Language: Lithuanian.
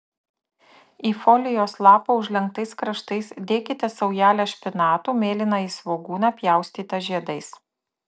į folijos lapą užlenktais kraštais dėkite saujelę špinatų mėlynąjį svogūną pjaustytą žiedais